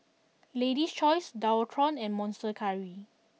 Lady's Choice Dualtron and Monster Curry